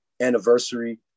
anniversary